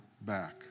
back